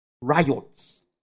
riots